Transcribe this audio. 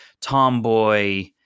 tomboy